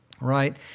right